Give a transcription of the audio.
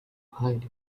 hiding